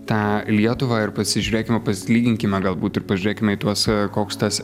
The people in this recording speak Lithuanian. tą lietuvą ir pasižiūrėkime pasilyginkime galbūt ir pažiūrėkime į tuos koks tas